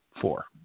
four